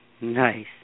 Nice